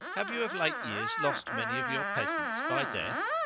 have you, of late years, lost many of your peasants by death?